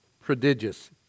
prodigious